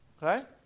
Right